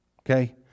okay